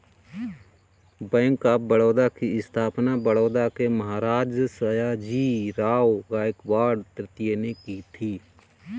bank of Baroda की स्थापना बड़ौदा के महाराज सयाजीराव गायकवाड तृतीय ने की थी